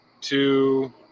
two